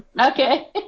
Okay